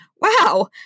wow